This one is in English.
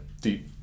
deep